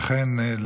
אכן,